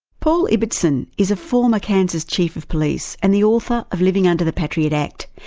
paul ibbetson is a former kansas chief of police and the author of living under the patriot act.